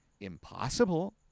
impossible